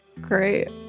Great